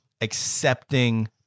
accepting